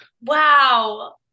Wow